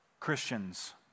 Christians